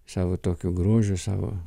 savo tokiu grožiu savo